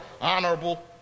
honorable